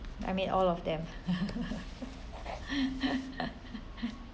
I mean all of them